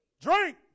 drink